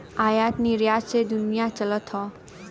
आयात निरयात से दुनिया चलत हौ